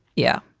yeah,